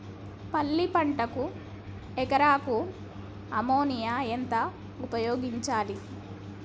పల్లి పంటకు ఎకరాకు అమోనియా ఎంత ఉపయోగించాలి?